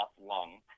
lung